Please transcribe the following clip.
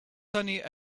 sunny